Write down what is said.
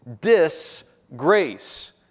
disgrace